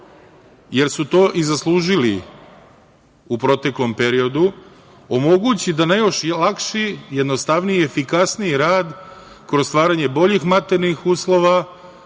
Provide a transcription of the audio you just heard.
jer su to i zaslužili u proteklom periodu, jeste da omogući da na još lakši, jednostavniji i efikasniji rad kroz stvaranje boljih materijalnih uslova,